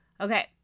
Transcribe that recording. Okay